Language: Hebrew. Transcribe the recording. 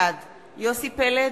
בעד יוסי פלד,